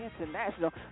International